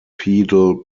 pedal